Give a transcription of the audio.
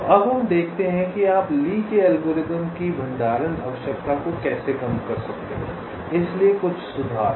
तो अब हम देखते हैं कि आप ली के एल्गोरिथ्म की भंडारण आवश्यकता को कैसे कम कर सकते हैं इसलिए कुछ सुधार